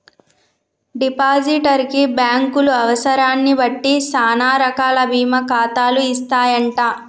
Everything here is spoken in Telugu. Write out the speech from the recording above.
డిపాజిటర్ కి బ్యాంకులు అవసరాన్ని బట్టి సానా రకాల బీమా ఖాతాలు ఇస్తాయంట